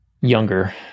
younger